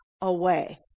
away